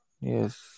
Yes